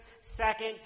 Second